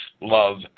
love